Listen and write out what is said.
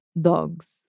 dogs